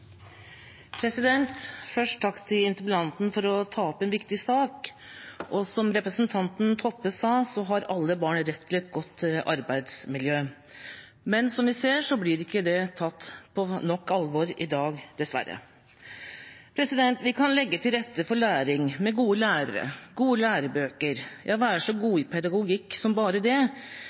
interpellanten for å ta opp en viktig sak. Som representanten Toppe sa, har alle barn rett til et godt arbeidsmiljø, men som vi ser, blir ikke dette tatt på nok alvor i dag – dessverre. Vi kan legge til rette for læring med gode lærere, gode lærebøker – det å være så god i pedagogikk som bare det.